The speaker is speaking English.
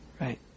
Right